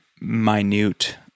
minute